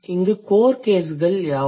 இங்குள்ள core caseகள் யாவை